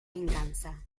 venganza